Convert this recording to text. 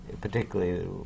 particularly